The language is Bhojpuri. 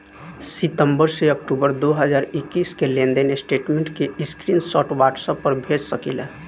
सितंबर से अक्टूबर दो हज़ार इक्कीस के लेनदेन स्टेटमेंट के स्क्रीनशाट व्हाट्सएप पर भेज सकीला?